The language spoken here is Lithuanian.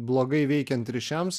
blogai veikiant ryšiams